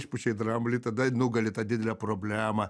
išpučia į dramblį tada nugali tą didelę problemą